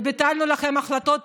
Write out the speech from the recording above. ביטלנו לכם החלטות